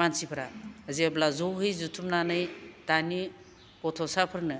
मानसिफ्रा जेब्ला जयै जुथुमनानै दानि गथ'साफोरनो